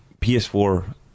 PS4